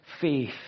faith